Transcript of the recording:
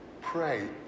pray